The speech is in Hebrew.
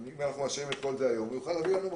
הוא יוכל להביא לנו מחר.